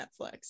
Netflix